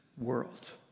world